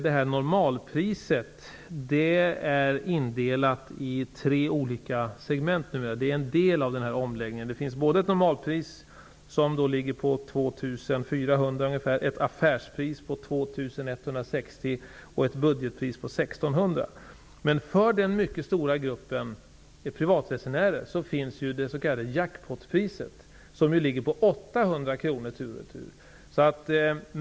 Det är en del av omläggningen. Det finns ett normalpris som ligger på ungefär 2 400 kr, ett affärspris på 2 160 kr och ett budgetpris på 1 600 kr. För den mycket stora gruppen privatresenärer finns ju det s.k. jackpot-priset som ligger på 800 kr tur och retur.